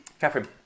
Catherine